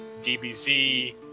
DBZ